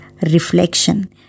reflection